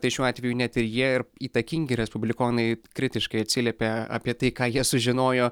tai šiuo atveju net ir jie ir įtakingi respublikonai kritiškai atsiliepia apie tai ką jie sužinojo